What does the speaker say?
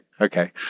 Okay